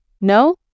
no